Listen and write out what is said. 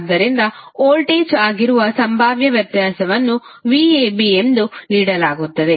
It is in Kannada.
ಆದ್ದರಿಂದ ವೋಲ್ಟೇಜ್ ಆಗಿರುವ ಸಂಭಾವ್ಯ ವ್ಯತ್ಯಾಸವನ್ನು vab ಎಂದು ನೀಡಲಾಗುತ್ತದೆ